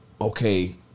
okay